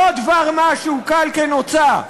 לא דבר-מה, שהוא קל כנוצה.